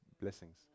blessings